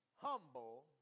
Humble